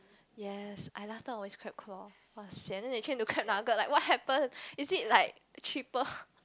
yes I last time I always crab claw but sian then they change to crab nugget like what happen is it like cheaper